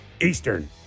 Eastern